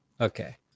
okay